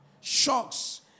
shocks